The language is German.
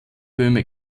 böhme